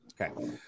Okay